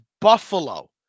Buffalo